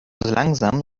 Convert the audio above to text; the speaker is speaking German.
langsam